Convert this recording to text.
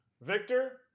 Victor